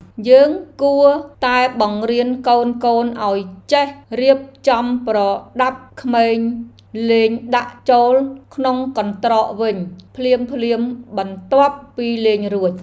យើងគួរតែបង្រៀនកូនៗឱ្យចេះរៀបចំប្រដាប់ក្មេងលេងដាក់ចូលក្នុងកន្ត្រកវិញភ្លាមៗបន្ទាប់ពីលេងរួច។